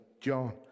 John